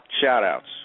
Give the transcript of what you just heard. shout-outs